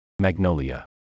Magnolia